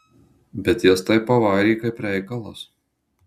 bet jis tai pavarė kaip reikalas